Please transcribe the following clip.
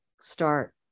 start